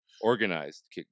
organized